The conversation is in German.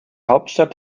hauptstadt